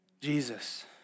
Jesus